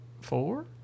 Four